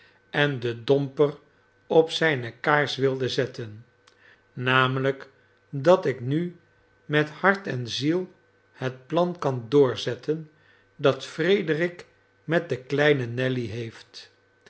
en den domper op zijne kaars wilde zetten namelijk dat ik nu met hart en ziel het plan kan doorzetten dat frederik met de kleine nelly heeft